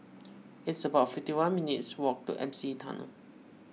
it's about fifty one minutes' walk to M C Tunnel